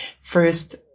first